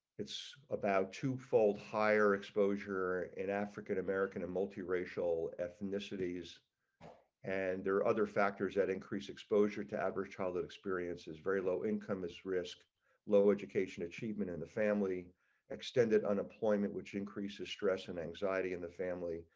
it's about two fold higher exposure and african american, a multi racial ethnicities and there are other factors that increase exposure to adverse childhood experiences, very low income this risk low education achievement in the family extended unemployment, which increases stress and anxiety in the family,